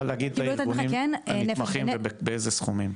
להגיד את הארגונים הנתמכים ובאיזה סכומים?